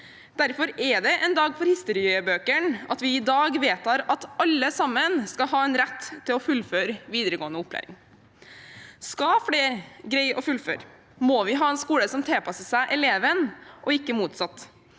Derfor er det en dag for historiebøkene at vi i dag vedtar at alle skal ha en rett til å fullføre videregående opplæring. Skal flere greie å fullføre, må vi ha en skole som tilpasser seg eleven og ikke motsatt.